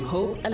Hope